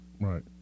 Right